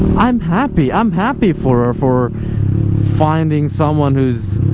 i'm happy i'm happy for her for finding someone who's